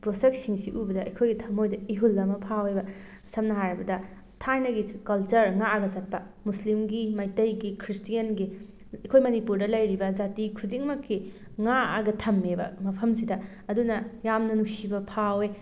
ꯄꯣꯠꯁꯛꯁꯤꯡꯁꯤ ꯎꯕꯗ ꯑꯩꯈꯣꯏꯒꯤ ꯊꯃꯣꯏꯗ ꯏꯍꯨꯜ ꯑꯃ ꯐꯥꯎꯋꯦꯕ ꯁꯝꯅ ꯍꯥꯏꯔꯕꯗ ꯊꯥꯏꯅꯒꯤ ꯀꯜꯆꯔ ꯉꯥꯛꯑꯒ ꯆꯠꯄ ꯃꯨꯁꯂꯤꯝꯒꯤ ꯃꯩꯇꯩꯒꯤ ꯈ꯭ꯔꯤꯁꯇꯦꯟꯒꯤ ꯑꯩꯈꯣꯏ ꯃꯅꯤꯄꯨꯔꯗ ꯂꯩꯔꯤꯕ ꯖꯥꯇꯤ ꯈꯨꯗꯤꯡꯃꯛꯀꯤ ꯉꯥꯛꯑꯒ ꯊꯝꯃꯦꯕ ꯃꯐꯝꯁꯤꯗ ꯑꯗꯨꯅ ꯌꯥꯝꯅ ꯅꯨꯡꯁꯤꯕ ꯐꯥꯎꯋꯦ